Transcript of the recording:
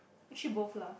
shift both lah